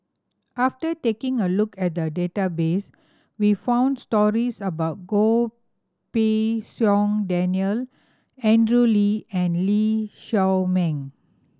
after taking a look at the database we found stories about Goh Pei Siong Daniel Andrew Lee and Lee Shao Meng